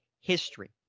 history